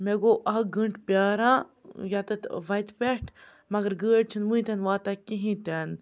مےٚ گوٚو اَکھ گٲنٛٹہٕ پیٛاران یَتتھ وَتہِ پٮ۪ٹھ مگر گٲڑۍ چھِنہٕ وٕنۍتِنہٕ واتان کِہیٖنۍ تہِ نہٕ